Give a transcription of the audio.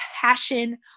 passion